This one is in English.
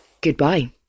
goodbye